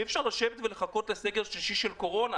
אי אפשר לשבת ולחכות לסגר שלישי של הקורונה.